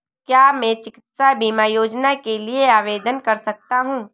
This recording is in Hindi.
क्या मैं चिकित्सा बीमा योजना के लिए आवेदन कर सकता हूँ?